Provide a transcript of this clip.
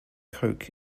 koch